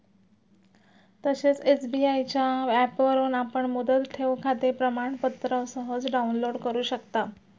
तसेच एस.बी.आय च्या ऍपवरून आपण मुदत ठेवखाते प्रमाणपत्र सहज डाउनलोड करु शकता